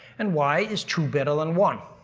and why is two better than one?